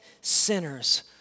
sinners